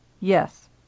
Yes